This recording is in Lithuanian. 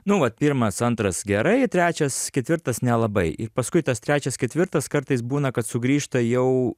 nu vat pirmas antras gerai trečias ketvirtas nelabai ir paskui tas trečias ketvirtas kartais būna kad sugrįžta jau